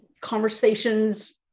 conversations